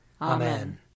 Amen